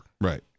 Right